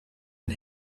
and